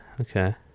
okay